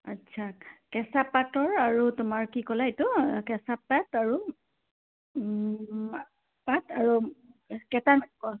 আচ্ছা কেঁচা পাটৰ আৰু তোমাৰ কি ক'লা এইটো কেঁচা পাট আৰু পাট আৰু